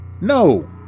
No